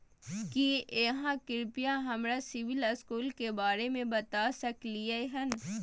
की आहाँ कृपया हमरा सिबिल स्कोर के बारे में बता सकलियै हन?